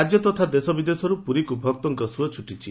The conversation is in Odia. ରାକ୍ୟ ତଥା ଦେଶ ବିଦେଶରୁ ପୁରୀକୁ ଭକ୍ତଙ୍କ ସୁଅ ଛୁଟିଛି